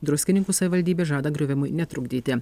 druskininkų savivaldybė žada griuvimui netrukdyti